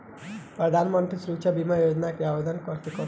प्रधानमंत्री सुरक्षा बीमा योजना मे कैसे आवेदन कर सकत बानी?